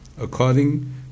according